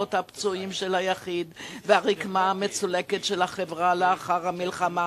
הלבבות הפצועים של היחיד והרקמה המצולקת של החברה לאחר המלחמה.